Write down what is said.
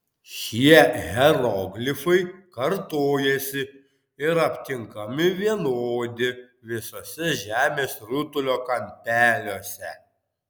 šie hieroglifai kartojasi ir aptinkami vienodi visuose žemės rutulio kampeliuose